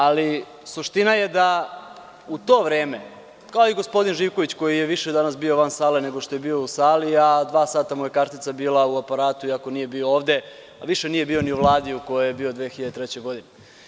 Ali, suština je da u to vreme kao i gospodin Živković koji je danas bio više van sale, nego što je bio u sali, a dva sata mu je kartica bila u aparatu iako nije bio ovde, više nije bio ni u Vladi u kojoj je bio 2003. godine.